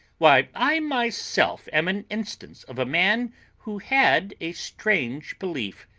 why, i myself am an instance of a man who had a strange belief.